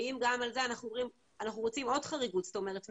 ואם גם על זה אנחנו רוצים עוד חריגות מעל